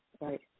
Right